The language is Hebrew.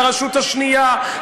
והרשות השנייה,